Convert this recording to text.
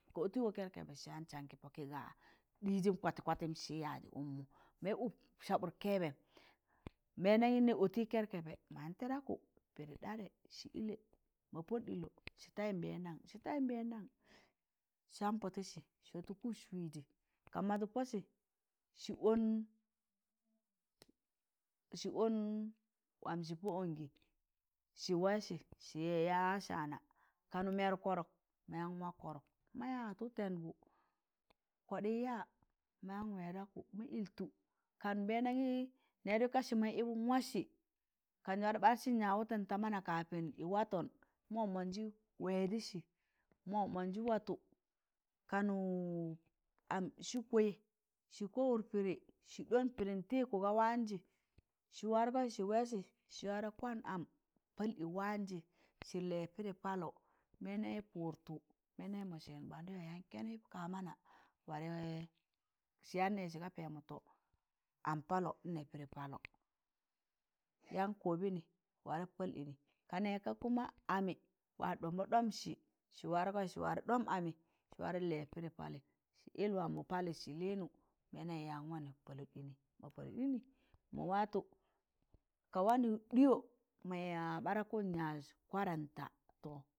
Ka ọtịgọ kẹrkẹbẹ sịyaan saan kị pọkị ga ɗịịzịm kwatị kwatịm mọnjị yaịzị ụkmọ mọs ụp sabụt kẹbẹm mẹmdanyi ne ọntị kẹrkẹbẹ mayan tịɗakụ pịdị ɗarẹ sị ịlẹ ma pọd ɗịlọ sị taị nbẹndam sị taị nbẹndam sịyam pọtịsị sị watọ kụs wịịzị ka mazụk pọsị sị ọn sị ọn waam sị pọ ọngị sị weesi si yaa saana kanu mẹrụk kọrọk ma yaan waak kọrọk ma yad wụtẹngụ kọɗịị ya mayan wẹẹdakụ ma ịltọ kan mayan wẹẹdakụ ma ịltọ kan nbẹndanị nẹẹdụ kasị mas ịbụm wass kanjị warẹ ɓaasịn yaịz wụtẹn ta mana kafin ị watọn mọ mọnjị wẹẹdịsị mọ mọnjị watọ kanọ am sị kwẹị, sị pamụd pịdị sị ɗọọn pịdịn tịdkụ ga waanjị sị wargọị sị wẹẹsị sị wargọ kwand am pal ị waanjị sị lịịyẹ pịdị paalọ, nbanɗanị pụtụ mẹndam ma sịn ɓandịyọ yaan kẹnị ka mana warẹ sị yaan nẹẹzẹ sịga pẹẹmọ am paalọ n nẹ pẹẹdị paalọ yaan kọbịnị warẹ paal ịnị ka nẹẹg ka kuma amị waa ɗọmbọ ɗọmsị sị wargọị sị wargọị sị warẹ ɗọmb ami sị warẹ lịịyẹ pẹẹdị paalị sị yịl wamọ paalị sị lịnụ mẹẹndamịn yaan waanị palụdị ịnị ma palud ini mo watọ ka wanị ɗịyọ ma ɓadakụ yaịz kwadanta to,